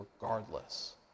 regardless